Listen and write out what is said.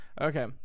okay